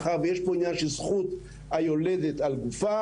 מאחר ויש פה עניין של זכות היולדת על גופה,